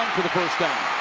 for the first down.